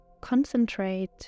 Concentrate